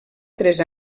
tres